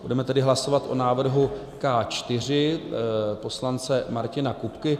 Budeme tedy hlasovat o návrhu K4 poslance Martina Kupky.